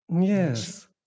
Yes